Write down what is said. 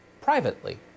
privately